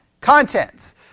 Contents